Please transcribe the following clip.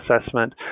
assessment